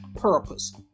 purpose